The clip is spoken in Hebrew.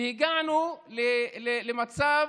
והגענו למצב